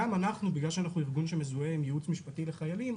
בגלל שאנחנו ארגון שמזוהה עם ייעוץ משפטי לחיילים,